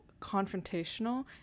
confrontational